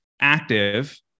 active